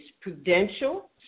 Prudential